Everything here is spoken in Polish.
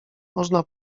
można